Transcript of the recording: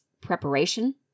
preparation